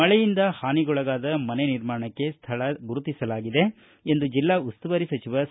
ಮಳೆಯಿಂದ ಹಾನಿಗೊಳಗಾದ ಮನೆ ನಿರ್ಮಾಣಕ್ಕೆ ಸ್ಥಳ ಗುರುತಿಸಲಾಗಿದೆ ಎಂದು ಜಿಲ್ಲಾ ಉಸ್ತುವಾರಿ ಸಚಿವ ಸಾ